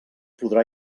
podrà